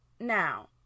now